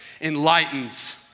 enlightens